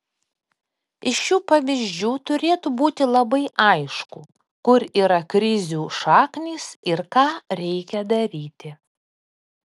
iš šių pavyzdžių turėtų būti labai aišku kur yra krizių šaknys ir ką reikia daryti